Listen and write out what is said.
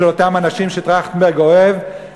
של אותם אנשים שטרכטנברג אוהב,